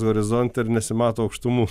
horizonte ir nesimato aukštumų